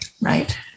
Right